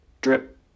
drip